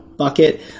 bucket